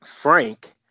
frank